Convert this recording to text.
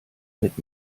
mit